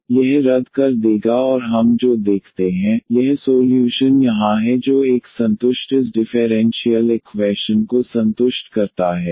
तो यह रद्द कर देगा और हम जो देखते हैं यह सोल्यूशन यहाँ है जो एक संतुष्ट इस डिफेरेंशीयल इक्वैशन को संतुष्ट करता है